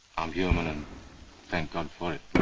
i'm human and thank god for it.